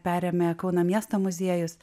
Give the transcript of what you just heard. perėmė kauno miesto muziejus